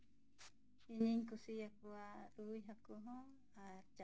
ᱤᱧᱤᱧ ᱠᱩᱥᱤᱭᱟᱠᱚᱣᱟ ᱨᱩᱭ ᱦᱟᱹᱠᱩ ᱦᱚᱸ ᱟᱨ